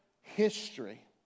history